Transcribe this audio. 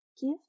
give